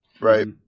Right